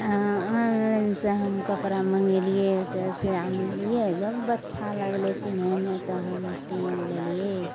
एँ ऑनलाइनसँ हम कपड़ा मँगेलिये ओतयसँ आनलियै जब अच्छा लगलइ पिन्हयमे तऽ हम पिन्ह लेलियै